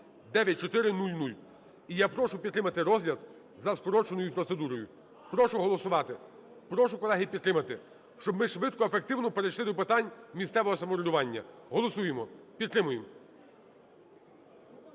(9400). І я прошу підтримати розгляд за скороченою процедурою. Прошу голосувати, прошу, колеги, підтримати, щоб ми швидко, ефективно перейшли до питань місцевого самоврядування, голосуємо, підтримуємо.